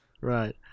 Right